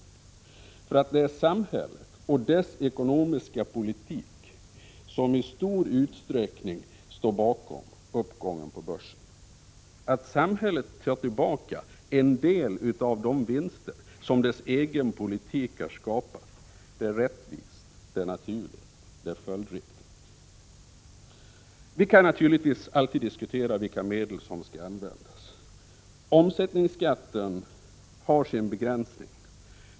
Det är nämligen samhället och dess ekonomiska politik som i stor utsträckning står bakom uppgången på börsen. Att samhället tar tillbaka en del av de vinster som dess egen politik har skapat är rättvist, naturligt och följdriktigt. Vi kan naturligtvis alltid diskutera vilka medel som skall användas. Omsättningsskatten har sin begränsning.